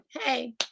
Hey